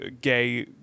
gay